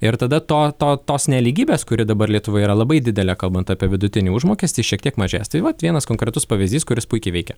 ir tada to to tos nelygybės kuri dabar lietuvoje yra labai didelė kalbant apie vidutinį užmokestį šiek tiek mažės tai vat vienas konkretus pavyzdys kuris puikiai veikia